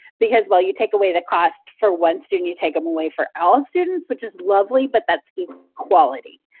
because while you take away the cost for one student, you take them away for all students, which is lovely, but that's equality.